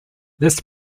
this